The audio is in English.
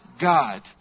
God